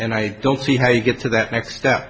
and i don't see how you get to that next step